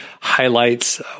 highlights